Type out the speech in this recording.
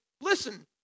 listen